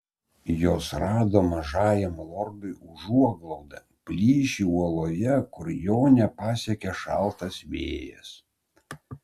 jos rado mažajam lordui užuoglaudą plyšį uoloje kur jo nepasiekė šaltas vėjas